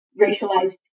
racialized